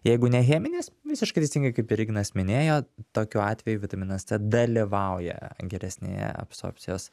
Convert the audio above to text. jeigu ne cheminės visiškai teisingai kaip ir ignas minėjo tokiu atveju vitaminas c dalyvauja geresnėje absorbcijos